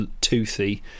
toothy